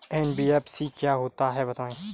NBFC क्या होता है बताएँ?